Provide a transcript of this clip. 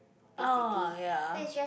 ah ya